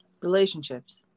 Relationships